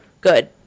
Good